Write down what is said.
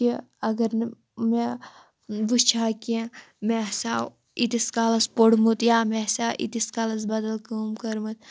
کہِ اگر نہٕ مےٚ وٕچھِ ہا کیٚنٛہہ مےٚ ہسا آو ییٖتِس کالَس پوٚرمُت یا مےٚ آسہِ ہہ ییٖتِس کالس بدل کٲم کٔرمٕژ